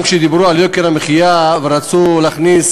גם כשדיברו על יוקר המחיה ורצו להכניס